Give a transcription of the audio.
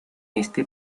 este